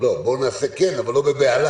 כן, בואו נעשה, אבל לא בבהלה.